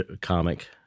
comic